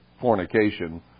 fornication